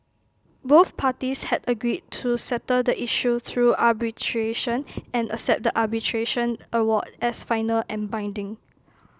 both parties had agreed to settle the issue through arbitration and accept the arbitration award as final and binding